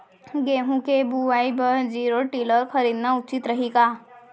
गेहूँ के बुवाई बर जीरो टिलर खरीदना उचित रही का?